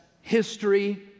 history